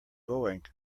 going